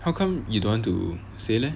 how come you don't want to say leh